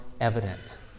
evident